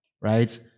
right